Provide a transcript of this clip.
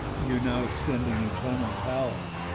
you know, extending your tonal palette,